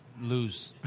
Lose